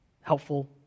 helpful